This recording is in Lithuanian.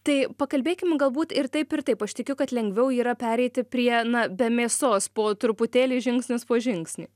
tai pakalbėkim galbūt ir taip ir taip aš tikiu kad lengviau yra pereiti prie na be mėsos po truputėlį žingsnis po žingsnį